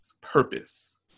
purpose